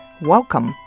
Welcome